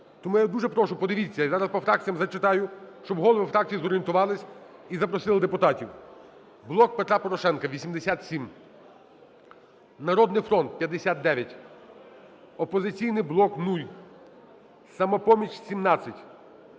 Тому я дуже прошу, подивіться, я зараз по фракціям зачитаю, щоб голови фракцій зорієнтувались і запросили депутатів. "Блок Петра Порошенка" – 87, "Народний фронт" – 59, Опозиційний блок – 0, "Самопоміч" –